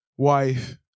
Wife